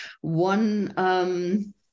one